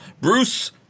bruce